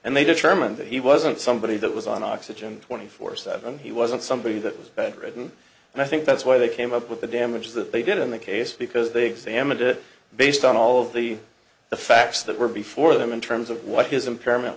and they determined that he wasn't somebody that was on oxygen twenty four seven he wasn't somebody that was bedridden and i think that's why they came up with the damage that they did in the case because they examined it based on all of the the facts that were before them in terms of what his impairment